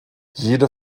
jede